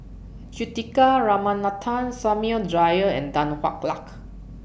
Juthika Ramanathan Samuel Dyer and Tan Hwa Luck